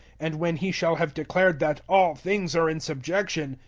and when he shall have declared that all things are in subjection,